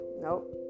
nope